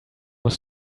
was